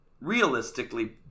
realistically